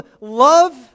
love